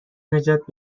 نجات